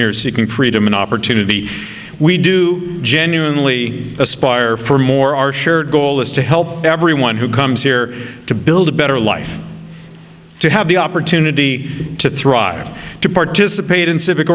here seeking freedom an opportunity we do genuinely aspire for more our shared goal is to help everyone who comes here to build a better life to have the opportunity to thrive to participate in civic